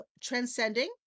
Transcending